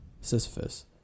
Sisyphus